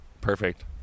Perfect